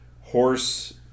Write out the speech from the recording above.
horse